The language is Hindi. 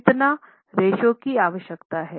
कितना रेश्यो की आवश्यकता है